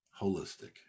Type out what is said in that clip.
holistic